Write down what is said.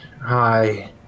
Hi